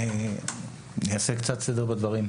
אני אעשה קצת סדר בדברים.